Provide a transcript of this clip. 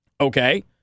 Okay